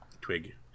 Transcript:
Twig